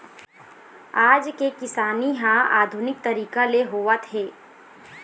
आज के किसानी ह आधुनिक तरीका ले होवत हे